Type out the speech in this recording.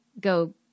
go